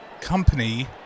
company